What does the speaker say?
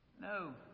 No